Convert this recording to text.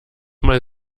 mal